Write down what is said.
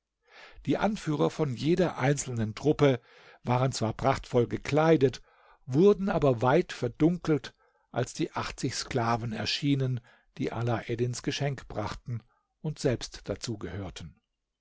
die anführer von jeder einzelnen truppe waren zwar prachtvoll gekleidet wurden aber weit verdunkelt als die achtzig sklaven erschienen die alaeddins geschenk brachten und selbst dazu gehörten